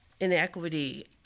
inequity